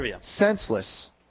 senseless